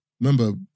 Remember